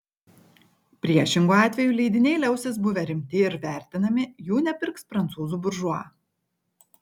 priešingu atveju leidiniai liausis buvę rimti ir vertinami jų nepirks prancūzų buržua